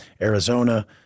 Arizona